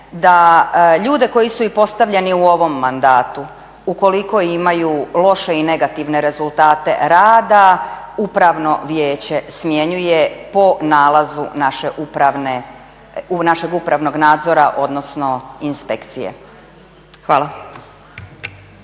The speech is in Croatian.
da ljude koji su postavljeni u ovom mandatu, ukoliko imaju loše i negativne rezultate rada Upravno vijeće smjenjuje po nalazu našeg upravnog nadzora, odnosno inspekcije. Hvala.